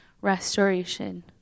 restoration